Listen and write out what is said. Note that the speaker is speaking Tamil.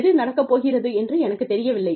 எது நடக்கப் போகிறது என்று எனக்குத் தெரியவில்லை